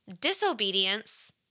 disobedience